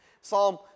Psalm